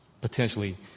potentially